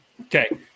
Okay